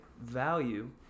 value